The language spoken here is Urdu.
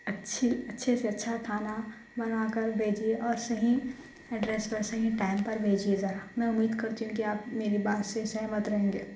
اچھی اچھے سے اچھا سے کھانا بنا کر بھیجیے اور صحیح ایڈریس پر اور صحیح ٹائم پر بھیجیے ذرا امید کرتی ہوں کہ آپ میری بات سے سہمت رہیں گے